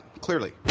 clearly